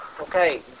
Okay